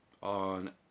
on